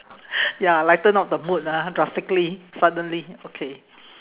ya lighten up the mood ah drastically suddenly okay